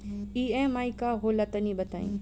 EMI का होला तनि बताई?